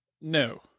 No